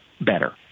better